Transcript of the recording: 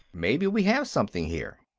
maybe we have something, here.